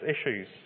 issues